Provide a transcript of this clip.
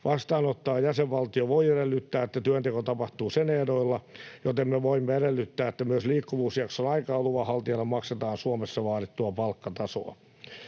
Vastaanottava jäsenvaltio voi edellyttää, että työnteko tapahtuu sen ehdoilla, joten me voimme edellyttää, että myös liikkuvuusjakson aikana luvanhaltijalle maksetaan Suomessa vaadittua palkkatasoa.